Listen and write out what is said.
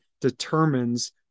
determines